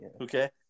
okay